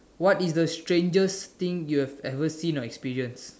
what is the strangest thing you have ever seen or experience